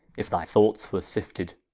if thy thoughts were sifted,